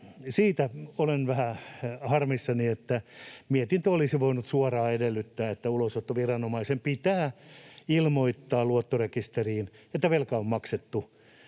Tästä olen vähän harmissani — mietintö olisi voinut suoraan edellyttää, että ulosottoviranomaisen pitää ilmoittaa luottorekisteriin, että velka on maksettu.